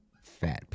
Fat